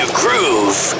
groove